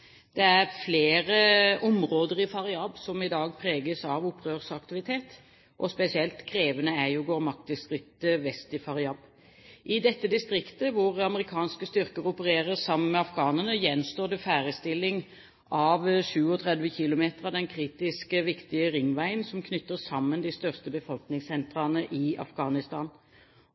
Det er flere områder i Faryab som i dag preges av opprørsaktivitet, og spesielt krevende er Ghowrmach-distriktet vest i Faryab. I dette distriktet, hvor amerikanske styrker opererer sammen med afghanerne, gjenstår det ferdigstilling av 37 kilometer av den kritisk viktige ringveien, som knytter sammen de største befolkningssentrene i Afghanistan.